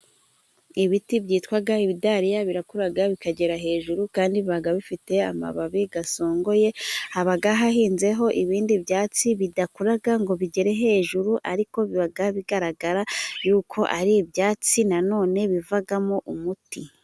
Ibiti byitwa ibidariya birakura bikagera hejuru, kandi biba bifite amababi asongoye. Haba hahinzeho ibindi byatsi bidakura ngo bigere hejuru, ariko biba bigaragara yuko ari ibyatsi na none bivamo umuti.